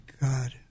God